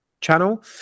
channel